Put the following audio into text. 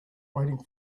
waiting